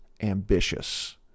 ambitious